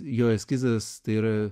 jo eskizas tai yra